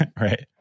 Right